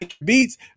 beats